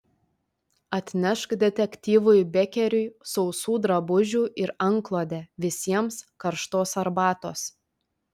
atnešk detektyvui bekeriui sausų drabužių ir antklodę visiems karštos arbatos